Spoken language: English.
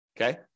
okay